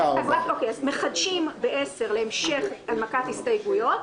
16:00. מחדשים ב-10:00 להמשך הנמקת ההסתייגויות.